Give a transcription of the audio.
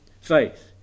faith